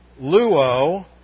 luo